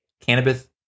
cannabis